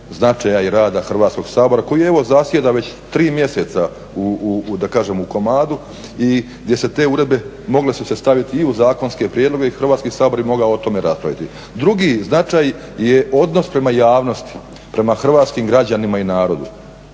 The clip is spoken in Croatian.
značaja i rada Hrvatskog sabora koji evo zasjeda već tri mjeseca da kažem u komadu i gdje se te uredbe mogle su se staviti i u zakonske prijedloge i Hrvatski sabor je mogao o tome raspraviti. Drugi značaj je odnos prema javnosti, prema hrvatskim građanima i narodu